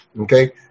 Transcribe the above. okay